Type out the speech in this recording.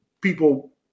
people